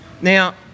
Now